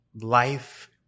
life